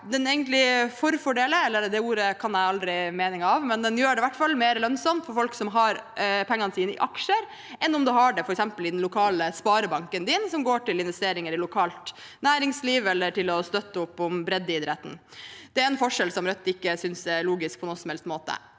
men aksjerabatten gjør det i hvert fall mer lønnsomt for folk som har pengene sine i aksjer, enn om de har pengene f.eks. i den lokale sparebanken, og som går til investeringer i lokalt næringsliv, eller til å støtte opp om breddeidretten. Det er en forskjell som Rødt ikke synes er logisk på noen som helst måte.